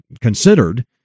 considered